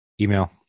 email